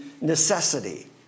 necessity